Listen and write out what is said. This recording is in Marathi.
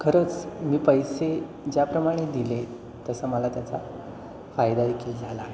खरंच मी पैसे ज्याप्रमाणे दिले तसं मला त्याचा फायदा देखील झाला